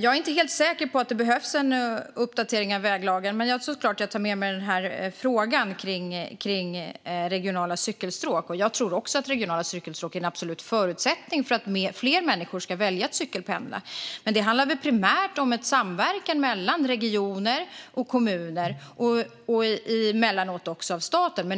Jag är inte helt säker på att en uppdatering av väglagen behövs. Men jag tar självfallet med mig frågan om regionala cykelstråk. Även jag tror att regionala cykelstråk är en absolut förutsättning för att fler människor ska välja att cykelpendla. Men det handlar nog primärt om samverkan mellan regioner och kommuner och emellanåt också staten.